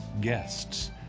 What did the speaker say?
guests